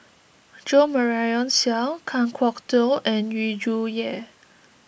Jo Marion Seow Kan Kwok Toh and Yu Zhuye